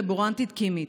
לבורנטית כימית,